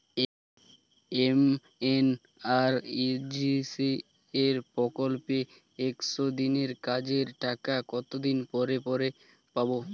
MNREGA প্রকল্পে একশ দিনের কাজের টাকা কতদিন পরে পরে পাব?